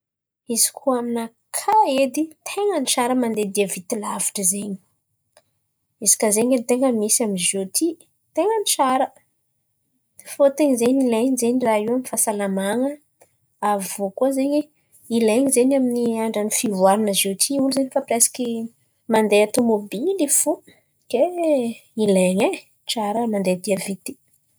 Izy koa aminakà edy ten̈a ny tsara mandeha dia vity lavitry zen̈y. Izy kà zen̈y ten̈a ny misy amy ziôty, ten̈a ny tsara. Fôtony zen̈y ilain̈y zen̈y raha io amy fahasalaman̈a. Aviô koa zen̈y ilain̈y zen̈y amin'ny andrany fivoaran̈a ziôty olo zen̈y efa piresiky mandeha tômôbily fo kay ilain̈y e. Tsara mandeha dia vity.